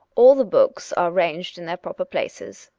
all the books are ranged in their proper places,